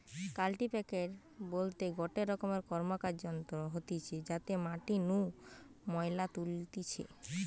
কাল্টিপ্যাকের বলতে গটে রকম র্কমকার যন্ত্র হতিছে যাতে মাটি নু ময়লা তুলতিছে